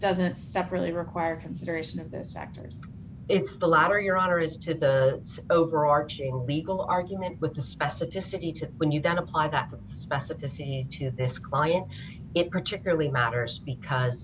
doesn't separately require consideration of those factors it's the lottery your honor is to the overarching legal argument with the specificity to when you then apply that with specificity to this client it particularly matters because